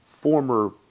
former